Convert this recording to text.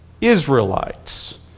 Israelites